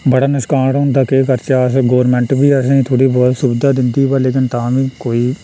बड़ा नकसान होंदा केह् करचै अस गोरमैंट बी असेंगी थोह्ड़ी बौह्त सुविधा दिंदी बा असें लेकिन तां बी कोई